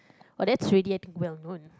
but that's already I think well known